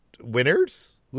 winners